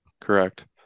Correct